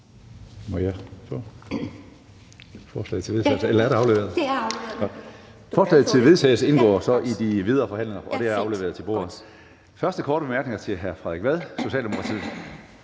flere korte bemærkninger. Tak til hr. Frederik Vad, Socialdemokratiet.